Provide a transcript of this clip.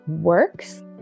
works